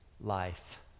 life